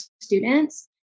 students